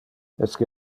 esque